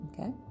Okay